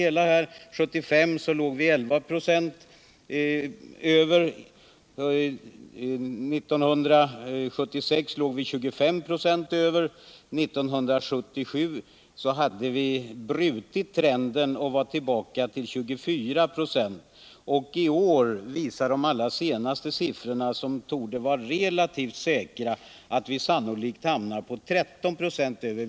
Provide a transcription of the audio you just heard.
1975 låg vi 11 96 över, 1976 låg vi 25 96 över, 1977 hade vi brutit trenden och var tillbaka på 24 96. I år visar de allra senaste siffrorna, som torde vara relativt säkra, att visannolikt hamnar på 13 96 över.